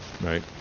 right